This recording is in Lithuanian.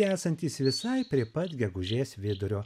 esantys visai prie pat gegužės vidurio